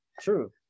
True